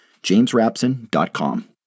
jamesrapson.com